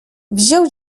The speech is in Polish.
wziął